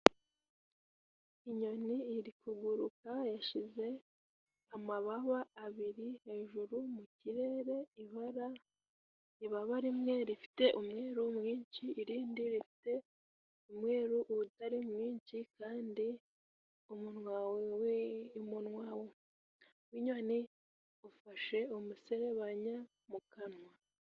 Inyoni iri kuguruka yashyize amababa abiri hejuru mu kirere, ibara ry'ibaba rimwe rifite umweru mwinshi, irindi rifite umweru utari mwinshi, kandi umunwa w'inyoni ufashe umuserebanya mu kanwa.